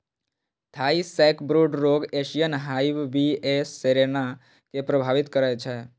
Thai sacbrood रोग Asian hive bee A cerana कें प्रभावित करै छै